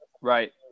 Right